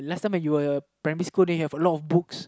last time when you were primary school then you have a lot of books